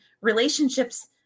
relationships